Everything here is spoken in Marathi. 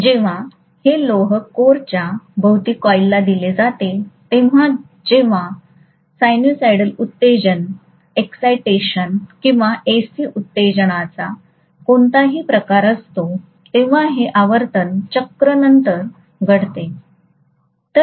जेव्हा हे लोह कोरच्या भोवती कॉईलला दिले जाते तेव्हा जेव्हा साइनसॉइडल उत्तेजन किंवा AC उत्तेजनाचा कोणताही प्रकार असतो तेव्हा हे आवर्तन चक्र नंतर घडते